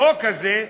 החוק הזה,